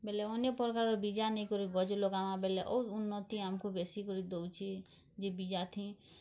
ବେଲେ ଅନ୍ୟ ପ୍ରକାରର୍ ବୀଜା ନେଇକରି ଗଯ୍ ଲଗାମା ବେଲେ ଔର୍ ଉନ୍ନତି ଆମକୁ ବେଶୀ କରି ଦଉଛି ଯିବି ଯାଥି